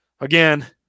Again